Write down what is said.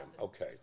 Okay